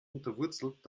unterwurzelt